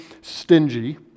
stingy